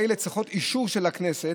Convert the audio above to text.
ההלוואות האלה צריכות אישור של הכנסת,